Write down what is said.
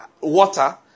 water